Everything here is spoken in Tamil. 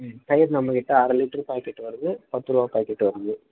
ம் தயிர் நம்மக்கிட்ட அரை லிட்ரு பாக்கெட்டு வருது பத்து ரூபா பாக்கெட்டு வருது